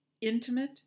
intimate